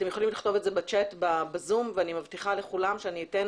אתם יכולים לכתוב את זה בצ'אט בזום ואני מבטיחה לכולם שאני אתן